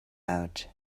out